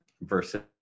versus